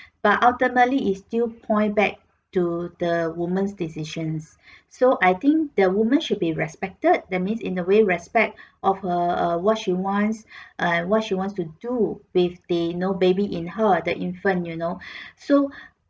but ultimately is still point back to the woman's decisions so I think the woman should be respected that means in the way respect of her err what she wants and what she wants to do with the you know baby in her the infant you know so